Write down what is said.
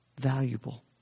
Valuable